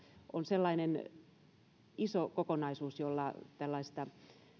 on sellainen iso kokonaisuus jolla tällaista